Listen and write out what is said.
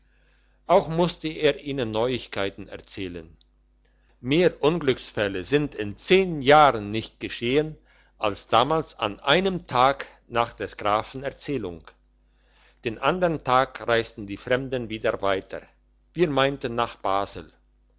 auch musste er ihnen neuigkeiten erzählen mehr unglücksfälle sind in zehn jahren nicht geschehen als damals an einem tag nach des grafen erzählung den andern tag reisten die fremden wieder weiter wir meinten nach basel